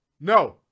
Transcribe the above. No